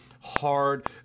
hard